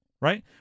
Right